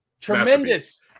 Tremendous